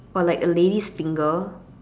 or like a lady's finger